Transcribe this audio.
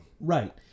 Right